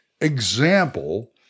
example